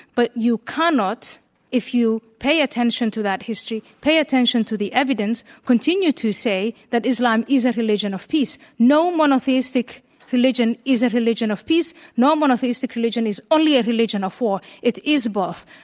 but cannot if you pay attention to that history, pay attention to the evidence continue to say that islam is a religion of peace. no monotheistic religion is a religion of peace. no monotheistic religion is only a religion of war. it is both.